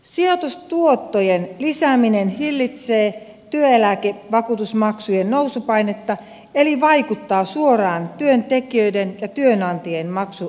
sijoitustuottojen lisääminen hillitsee työeläkevakuutusmaksujen nousupainetta eli vaikuttaa suoraan työntekijöiden ja työnantajien maksurasitukseen